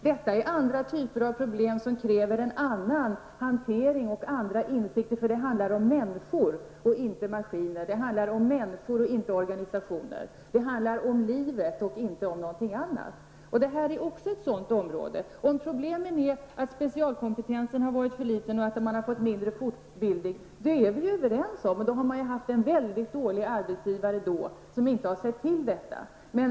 Detta är andra typer av problem som kräver en annan hantering och andra insikter, för det handlar om människor och inte om maskiner. Det handlar om människor och inte om organisationer. Det handlar om livet och inte om någonting annat. Det vi nu talar om är också ett sådant område. Om problemet är att specialkompetensen har varit för liten och att personalen har fått mindre fortbildning, då är vi överens. Det har varit en mycket dålig arbetsgivare, som inte har sett till detta.